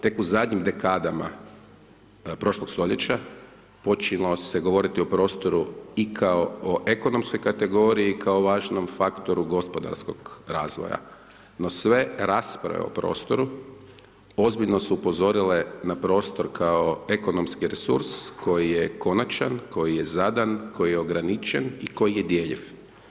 Tek u zadnjim dekadama prošlog stoljeća, počinjalo se govoriti o prostoru i kao o ekonomskoj kategoriji kao važnom faktoru gospodarskog razvoja no sve rasprave o prostoru, ozbiljno su upozorile na prostor ko ekonomski resurs koji je konačan, koji je zadan, koji je ograničen i koji je djeljiv.